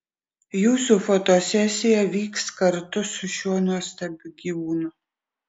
jūsų fotosesija vyks kartu su šiuo nuostabiu gyvūnu